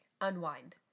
Unwind